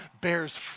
bears